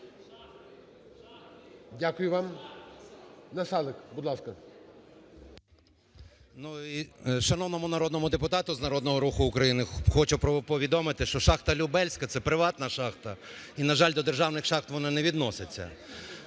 Дякую вам. Насалик, будь ласка.